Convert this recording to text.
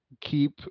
keep